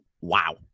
Wow